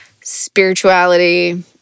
spirituality